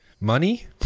Money